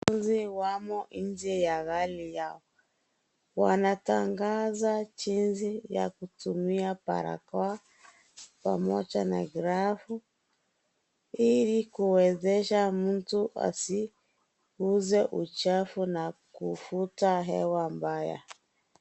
Wauguzi wamo nje ya gari yao wanatangaza jinsi ya kutumia barakoa pamoja na glavu ilikuwezesha mtu asiguze uchafu na kuvuta hewa mbaya.